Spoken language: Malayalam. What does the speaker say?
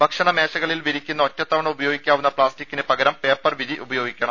ഭക്ഷണ മേശകളിൽ വിരിക്കുന്ന ഒറ്റത്തവണ ഉപയോഗിക്കാവുന്ന പ്ലാസ്റ്റിക്കിന് പകരം പേപ്പർ വിരി ഉപയോഗിക്കണം